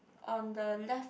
on the left